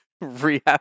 rehab